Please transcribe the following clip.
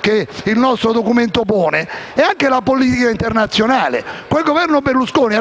che il nostro documento pone, riguarda la politica internazionale. Il Governo Berlusconi